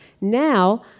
Now